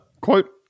Quote